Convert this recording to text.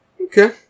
Okay